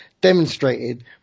demonstrated